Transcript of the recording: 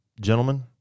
gentlemen